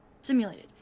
simulated